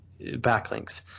backlinks